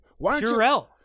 Purell